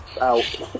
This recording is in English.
out